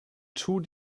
two